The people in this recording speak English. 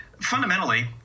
fundamentally